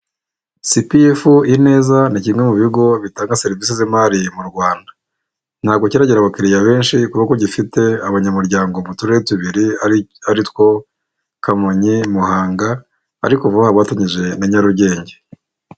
CPF ineza ni kimwe mu bigo bitanga serivisi z'imari mu Rwanda, ntabwo kiragira abakiriya benshi, kuko gifite abanyamuryango mu turere tubiri ari two Kamonyi, Muhanga ariko bafatanyije na Nyarugenge.